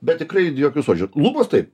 bet tikrai jokių suodžių lubos taip